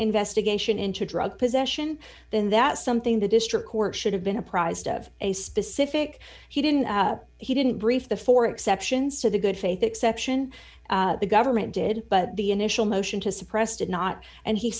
investigation into drug possession then that's something the district court should have been apprised of a specific he didn't he didn't brief the four exceptions to the good faith exception the government did but the initial motion to suppress did not and he